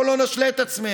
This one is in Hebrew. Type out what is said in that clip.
בואו לא נשלה את עצמנו.